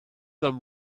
them